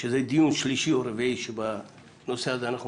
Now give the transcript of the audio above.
שזה דיון שלישי או רביעי בדיון בנושא הזה,